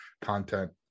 content